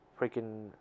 freaking